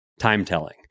time-telling